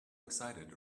excited